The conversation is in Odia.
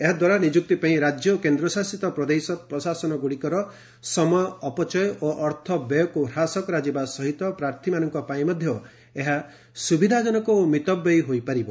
ଏହାଦ୍ୱାରା ନିଯୁକ୍ତି ପାଇଁ ରାଜ୍ୟ ଓ କେନ୍ଦ୍ରଶାସିତ ପ୍ରଦେଶ ପ୍ରଶାସନ ଗ୍ରଡ଼ିକର ସମୟ ଅପଚୟ ଓ ଅର୍ଥ ବ୍ୟୟକୁ ହ୍ରାସ କରାଯିବା ସହିତ ପ୍ରାର୍ଥୀମାନଙ୍କ ପାଇଁ ମଧ୍ୟ ଏହା ସୁବିଧାଜନକ ଓ ମିତବ୍ୟୟୀ ହୋଇପାରିବ